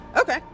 Okay